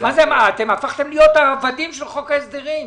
הפכתם להיות עבדים של חוק ההסדרים.